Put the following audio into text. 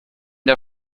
der